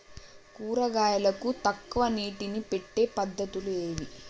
కూరగాయలకు తక్కువ నీటిని పెట్టే పద్దతులు ఏవి?